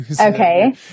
Okay